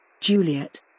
Juliet